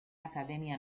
academia